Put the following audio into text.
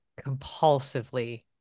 compulsively